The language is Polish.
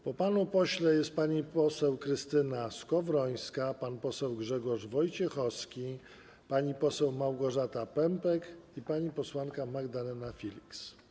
Po panu pośle jest pani poseł Krystyna Skowrońska, pan poseł Grzegorz Wojciechowski, pani poseł Małgorzata Pępek i pani posłanka Magdalena Filiks.